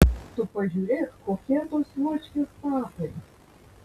tu pažiūrėk kokie tos juočkės papai